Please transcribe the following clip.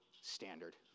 standard